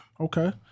Okay